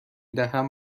دهم